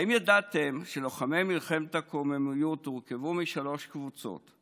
האם ידעתם שלוחמי מלחמת הקוממיות הורכבו משלוש קבוצות?